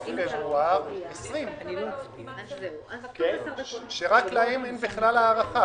בינואר-פברואר 2020. --- שרק להם אין בכלל הארכה,